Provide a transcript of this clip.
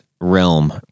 realm